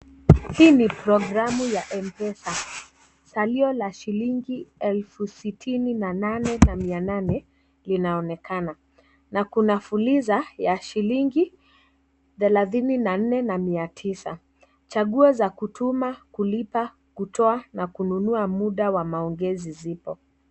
Hii ni programu ya Mpesa. Salio la shilingi 68,800 linaonekana na kuna Fuliza ya shilingi 34,900. Chaguo za kutuma, kulipa, kutoa na kununua muda wa maongezi zipo.